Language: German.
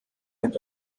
ein